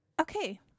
Okay